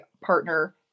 partner